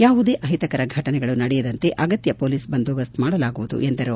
ಯಾವುದೇ ಅಹಿತಕರ ಘಟನೆಗಳು ನಡೆಯದಂತೆ ಆಗತ್ಯ ಮೊಲೀಸ್ ಬಂದೊಬಸ್ತ್ ಮಾಡಲಾಗುವುದು ಎಂದರು